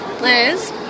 Liz